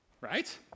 right